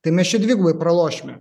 tai mes čia dvigubai pralošime